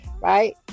right